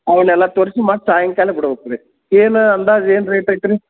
ಅವನ್ನೆಲ್ಲ ತೋರಿಸಿ ಮತ್ತೆ ಸಾಯಂಕಾಲ ಬಿಡ್ಬೇಕು ರೀ ಏನು ಅಂದಾಜು ಏನು ರೇಟ್ ಐತ್ರಿ